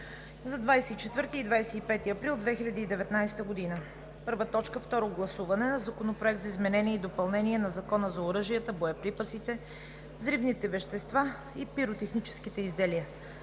за 24 и 25 април 2019 г.: „1. Второ гласуване на Законопроекта за изменение и допълнение на Закона за оръжията, боеприпасите, взривните вещества и пиротехническите изделия